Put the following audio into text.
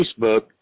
Facebook